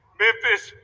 memphis